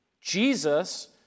Jesus